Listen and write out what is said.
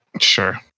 Sure